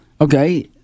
Okay